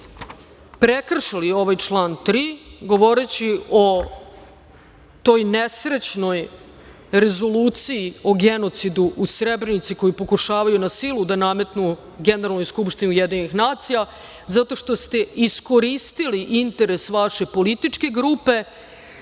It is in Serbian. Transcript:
prekršili ovaj član 3, govoreći o toj nesrećnoj rezoluciji o genocidu u Srebrenici koju pokušavaju na silu da nametnu Generalnoj skupštini Ujedinjenih nacija, zato što ste iskoristili interes vaše političke grupe